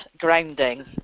grounding